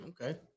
Okay